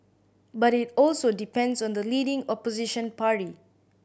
but it also depends on the leading Opposition party